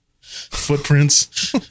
Footprints